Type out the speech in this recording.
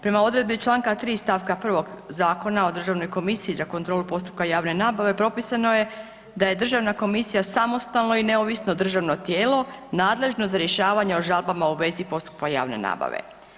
Prema odredbi članka 3. stavka 1. Zakona o Državnoj komisiji za kontrolu postupka javne nabave propisano je da je državna komisija samostalno i neovisno državno tijelo nadležno za rješavanje o žalbama u vezi postupka javne nabave.